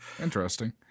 Interesting